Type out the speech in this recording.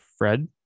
Fred